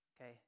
Okay